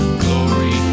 glory